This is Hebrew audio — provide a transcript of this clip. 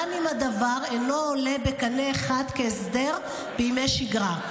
גם אם הדבר אינו עולה בקנה אחד עם ההסדר בימי שגרה,